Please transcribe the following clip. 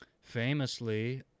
Famously